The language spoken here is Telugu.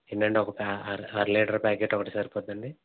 ఎన్ని అండి ఒకటా అ అర అర లీటర్ ప్యాకెట్ ఒకటి సరిపోతుందా అండి